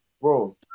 bro